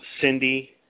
Cindy